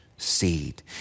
Seed